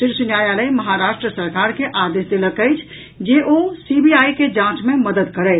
शीर्ष न्यायालय महाराष्ट्र सरकार के आदेश देलक अछि जे ओ सीबीआई के जांच मे मददि करथि